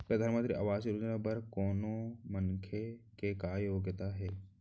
परधानमंतरी आवास योजना बर कोनो मनखे के का योग्यता हे?